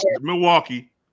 Milwaukee